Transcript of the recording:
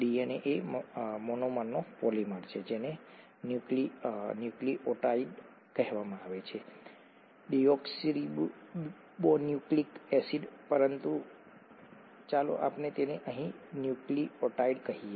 DNA એ મોનોમરનો polymer છે જેને ન્યુક્લિઓટાઇડ કહેવામાં આવે છે ડીઓક્સીરીબોન્યુક્લીક એસિડ પરંતુ ચાલો આપણે તેને અહીં ન્યુક્લિઓટાઇડ કહીએ